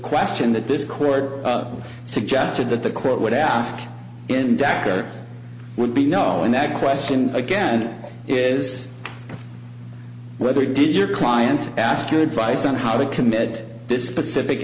question that this court suggested that the court would ask in dhaka would be knowing that question again is whether you did your client ask your advice on how to commit this specific